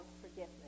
forgiveness